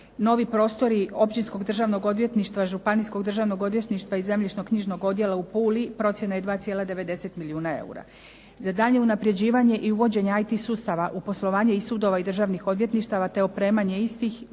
Novi prostori Općinskog državnog odvjetništva, Županijskog državnog odvjetništva i Zemljišno-knjižnog odjela u Puli. Procjena je 2,90 milijuna eura. Za daljnje unapređivanje i uvođenje IT sustava u poslovanje sudova i državnih odvjetništava, te opremanje istih